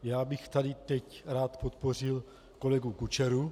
Rád bych tady teď podpořil kolegu Kučeru.